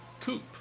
coupe